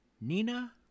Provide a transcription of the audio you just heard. Nina